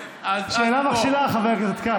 שאלה מכשילה, חבר הכנסת כץ.